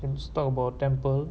can just talk about temple